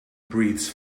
breathes